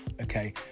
okay